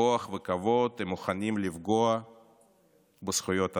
כוח וכבוד הם מוכנים לפגוע בזכויות אדם,